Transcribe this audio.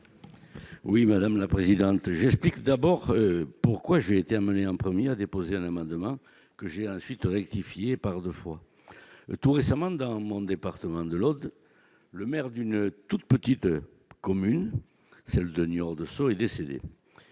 Oui, madame la présidente j'explique d'abord pourquoi j'ai été amené un 1er a déposé un amendement que j'ai ensuite rectifié par 2 fois, tout récemment, dans mon département de l'Aude, le maire d'une toute petite commune, celle de Niort, de sauts est décédé,